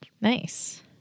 Nice